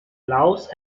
laos